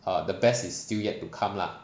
err the best is still yet to come lah